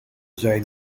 zijn